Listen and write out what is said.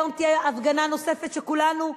היום תהיה הפגנה נוספת שכולנו,